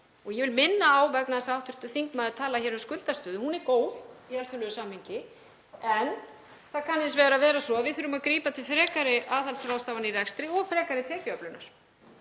Ég vil minna á, vegna þess að hv. þingmaður talaði hér um skuldastöðu, að hún er góð í alþjóðlegu samhengi. Það kann hins vegar að vera að við þurfum að grípa til frekari aðhaldsráðstafana í rekstri og frekari tekjuöflunar